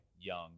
Young